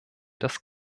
das